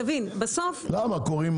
למה?